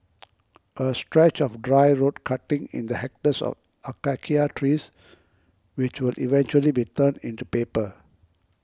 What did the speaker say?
a stretch of dry road cutting in the hectares of Acacia trees which will eventually be turned into paper